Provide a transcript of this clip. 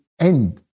end